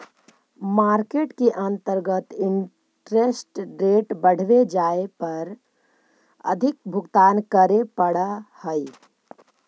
market के अंतर्गत interest rate बढ़वे जाए पर अधिक भुगतान करे पड़ऽ हई